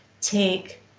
take